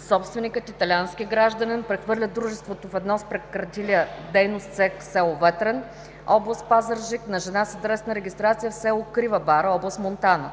собственикът, италиански гражданин, прехвърля дружеството, ведно с прекратилия дейност цех в с. Ветрен, област Пазарджик на жена с адресна регистрация в с. Крива бара, област Монтана.